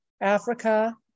africa